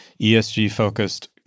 ESG-focused